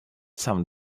some